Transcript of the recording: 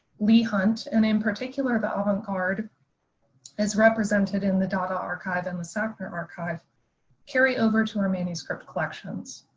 leigh hunt and in particular the avant garde as represented in the dada archive archive and the sackner archive carry over to our manuscript collections.